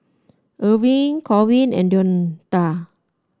Erving Corwin and Deonta